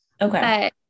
Okay